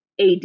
AD